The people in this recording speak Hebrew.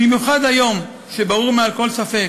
במיוחד היום, כשברור מעל לכל ספק